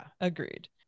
agreed